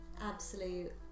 Absolute